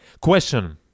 Question